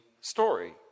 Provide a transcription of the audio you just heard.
story